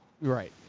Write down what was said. right